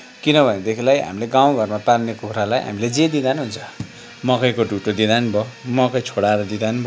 किनभनेदेखिलाई हामीले गाउँघरमा पाल्ने कुखुरालाई हामीले जे दिँदा नि हुन्छ मकैको ढुट्टो दिँदा पनि भयो मकै छोडाएर दिँदा पनि भयो